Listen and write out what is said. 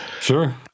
Sure